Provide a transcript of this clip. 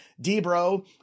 D-Bro